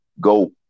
go